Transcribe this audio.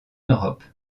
europe